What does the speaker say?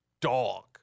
dog